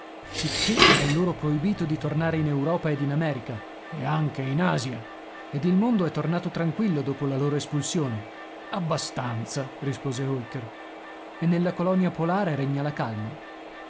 sicché è loro proibito di tornare in europa ed in america e anche in asia ed il mondo è tornato tranquillo dopo la loro espulsione abbastanza rispose holker e nella colonia polare regna la calma